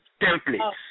templates